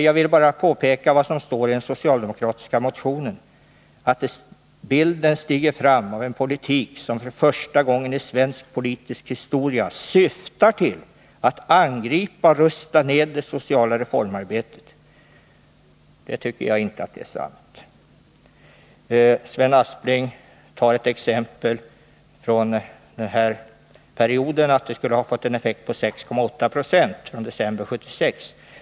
Jag vill bara påpeka vad som står i den socialdemokratiska motionen, nämligen att bilden stiger fram av en politik som för första gången i svensk politisk historia syftar till att angripa och rusta ned det sociala reformarbetet. — Jag tycker inte att det är sant. Sven Aspling tar ett exempel från den här perioden, och säger att effekten skulle ha blivit 6,8 20 under tiden från december 1976.